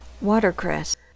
Watercress